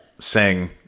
sing